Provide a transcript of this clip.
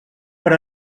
per